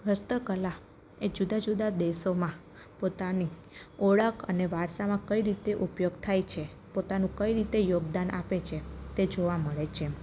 હસ્તકલા એ જુદા જુદા દેશોમાં પોતાની ઓળખ અને વારસામાં કઈ રીતે ઉપયોગ થાય છે પોતાનું કઈ રીતે યોગદાન આપે છે તે જોવા મળે છે